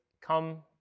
come